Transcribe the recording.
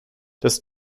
das